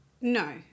No